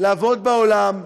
לעבוד בעולם,